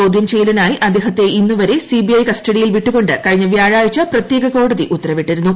ചോദ്യം ചെയ്യലിനായി അദ്ദേഹത്തെ ഇന്നുവരെ സിബിഐ കസ്റ്റഡിയിൽ വിട്ടുകൊണ്ട് കഴിഞ്ഞ വ്യാഴ്ച്ച പ്രത്യേക കോടതി ഉത്തരവിട്ടിരുന്നു